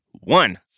one